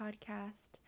podcast